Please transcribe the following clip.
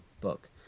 book